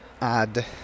add